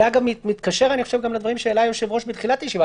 זה אגב מתקשר אני חושב גם לדברים שהעלה היושב-ראש בתחילת הישיבה.